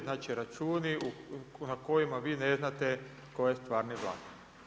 Znači računi na kojima vi ne znate tko je stvarni vlasnik.